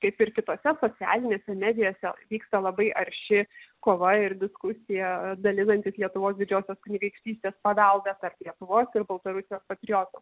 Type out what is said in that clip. kaip ir kitose socialinėse medijose vyksta labai arši kova ir diskusija dalinantis lietuvos didžiosios kunigaikštystės paveldą tarp lietuvos ir baltarusijos patriotų